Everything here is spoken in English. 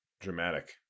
dramatic